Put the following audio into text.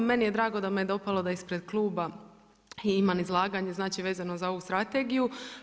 Meni je drago da me je dopalo da ispred kluba imam izlaganje znači vezano za ovu Strategiju.